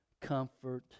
comfort